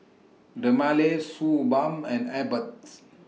Dermale Suu Balm and Abbott's